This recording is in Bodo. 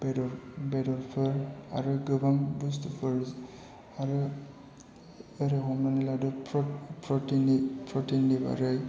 बेदर बेदरफोर आरो गोबां बुस्थुफोर आरो ओरै हमनानै लादो प्रटिननि प्रटिननि बारै